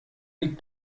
liegt